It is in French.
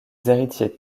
héritiers